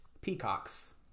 Peacocks